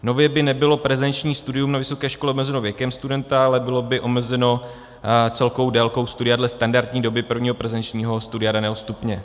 Nově by nebylo prezenční studium na vysoké škole omezeno věkem studenta, ale bylo by omezeno celkovou délkou studia dle standardní doby prvního prezenčního studia daného stupně.